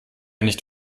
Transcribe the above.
nicht